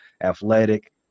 athletic